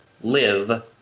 live